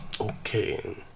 Okay